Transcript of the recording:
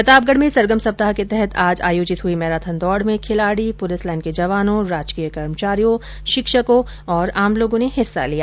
प्रतापगढ में सरगम सप्ताह के तहत आज आयोजित हुई मैराथन दौड में खिलाडी पुलिस लाईन के जवानों राजकीय कर्मचारियों शिक्षकों और आम लोगों ने हिस्सा लिया